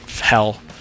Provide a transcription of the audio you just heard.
Hell